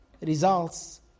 results